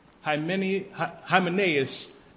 Hymenaeus